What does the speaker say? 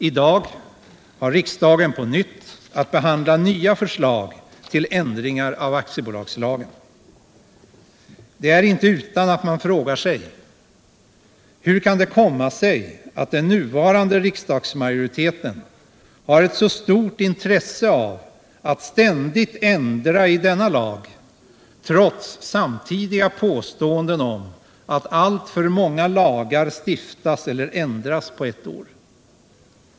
I dag har riksdagen att på nytt behandla nya förslag till ändringar av aktiebolagslagen. Det är inte utan att man frågar hur det kan komma sig att den nuvarande riksdagsmajoriteten har så stort intresse av att ständigt ändra i denna lag, trots samtidiga påståenden att alltför många lagar stiftas eller ändras på ett år.